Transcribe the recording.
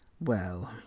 Well